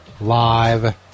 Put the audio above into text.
live